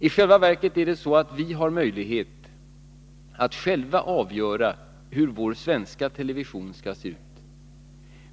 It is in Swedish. I själva verket är det så att vi har möjlighet att själva avgöra hur vår svenska television skall se ut.